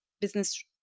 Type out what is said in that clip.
business